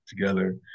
together